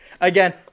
Again